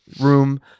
room